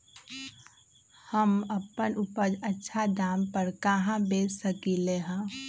हम अपन उपज अच्छा दाम पर कहाँ बेच सकीले ह?